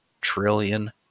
trillion